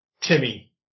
Timmy